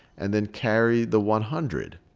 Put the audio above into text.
and then carry the one hundred,